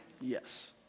Yes